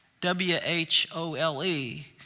W-H-O-L-E